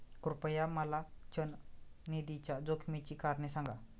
कृपया मला चल निधीच्या जोखमीची कारणे सांगा